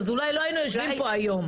אז אולי לא היינו יושבים פה היום.